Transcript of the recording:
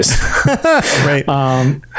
right